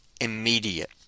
immediate